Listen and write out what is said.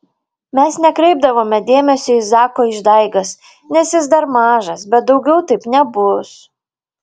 mes nekreipdavome dėmesio į zako išdaigas nes jis dar mažas bet daugiau taip nebus